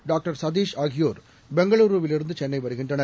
doctor Satish ஆகியோர் பெங்களூருவிலிருந்துசென்னைவருகின்றனர்